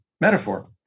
metaphor